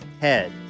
Head